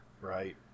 Right